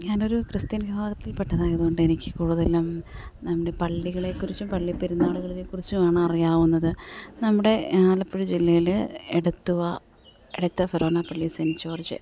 ഞാനൊരു ക്രിസ്ത്യൻ വിഭാഗത്തിൽപെട്ടതതായത് കൊണ്ട് എനിക്ക് കൂടുതലും നമ്മുടെ പള്ളികളെക്കുറിച്ചും പള്ളിപ്പെരുന്നാളുകളെ കുറിച്ചുമാണ് അറിയാവുന്നത് നമ്മുടെ ആലപ്പുഴ ജില്ലയിലെ എടത്വ എടത്വ ഫെറോണ പള്ളി സെൻ ജോർജ്